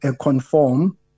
conform